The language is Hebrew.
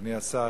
אדוני השר,